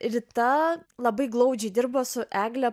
rita labai glaudžiai dirbo su egle